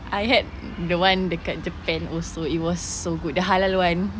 I had the one dekat japan also it was so good the halal one